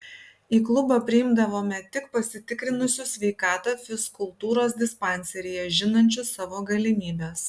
į klubą priimdavome tik pasitikrinusius sveikatą fizkultūros dispanseryje žinančius savo galimybes